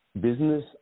business